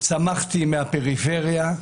צמחתי מהפריפריה,